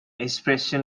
expression